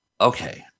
okay